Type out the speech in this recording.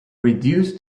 reduce